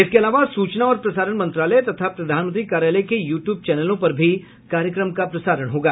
इसके अलावा सूचना और प्रसारण मंत्रालय तथा प्रधानमंत्री कार्यालय के यू ट्यूब चैनलों पर भी कार्यक्रम का प्रसारण होगा